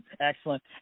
Excellent